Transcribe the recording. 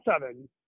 seven